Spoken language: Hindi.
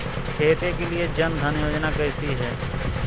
खेती के लिए जन धन योजना कैसी है?